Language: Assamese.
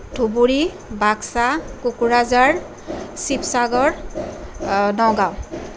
ধুবুৰী বাক্সা কোকৰাঝাৰ শিৱসাগৰ নগাঁও